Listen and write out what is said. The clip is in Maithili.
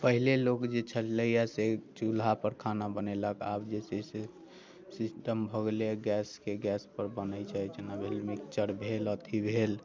पहिले लोक जे छलैया से चूल्हा पर खाना बनेलक आब जे छै से सिस्टम भऽ गेलैया गैसके गैस पर बनैत छै जेना भेल मिक्सचर भेल अथि भेल